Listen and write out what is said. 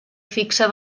fixa